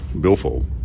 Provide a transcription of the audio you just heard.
billfold